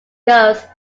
goes